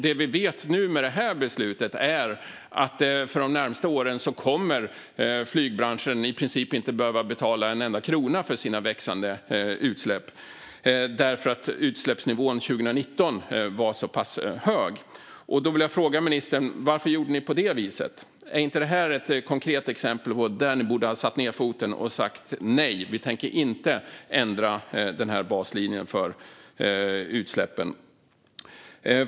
Det vi vet i och med detta beslut är att för de närmaste åren kommer flygbranschen i princip inte att behöva betala en enda krona för sina växande utsläpp eftersom utsläppsnivån 2019 var så pass hög. Jag vill därför fråga ministern: Varför gjorde ni på det viset? Är inte det här ett konkret exempel där ni borde ha sagt ned foten och sagt nej? Borde ni inte ha sagt att ni inte tänker ändra baslinjen för utsläppen?